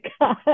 God